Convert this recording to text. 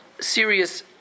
serious